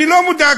אני לא מודאג